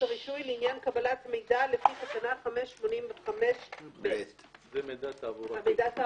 הרישוי לעניין קבלת מידע לפי תקנה 585ב. זה מידע תעבורתי,